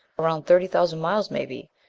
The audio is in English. around thirty thousand miles, maybe.